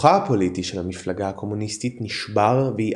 כוחה הפוליטי של המפלגה הקומוניסטית נשבר והיא